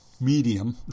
medium